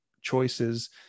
choices